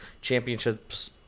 Championships